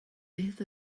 beth